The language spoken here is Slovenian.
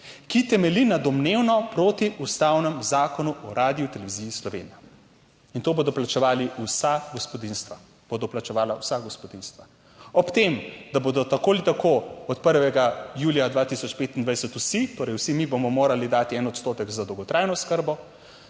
ki temelji na domnevno protiustavnem Zakonu o Radioteleviziji Slovenija. In to bodo plačevali vsa gospodinjstva, bodo plačevala vsa gospodinjstva. Ob tem, da bodo tako ali tako od 1. julija 2025 vsi, torej vsi mi bomo morali dati 1 odstotek za dolgotrajno oskrbo,